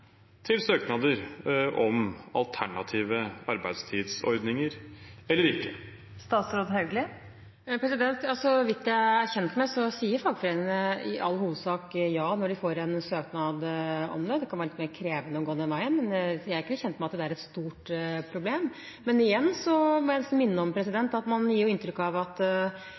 til søknader om alternative arbeidstidsordninger, eller ikke. Ja, så vidt jeg er kjent med, sier fagforeningene i all hovedsak ja når de får en søknad om det. Det kan være litt mer krevende å gå den veien, men jeg er ikke kjent med at det er et stort problem. Men igjen må jeg minne om – man gir inntrykk av at